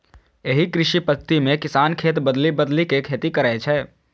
एहि कृषि पद्धति मे किसान खेत बदलि बदलि के खेती करै छै